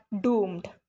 doomed